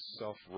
self